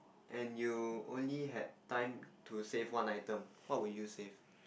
and you only have time to save one item what would you save